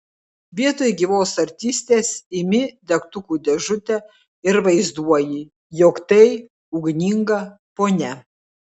vietoj gyvos artistės imi degtukų dėžutę ir vaizduoji jog tai ugninga ponia